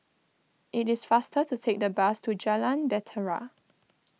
it is faster to take the bus to Jalan Bahtera